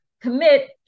commit